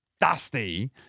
dusty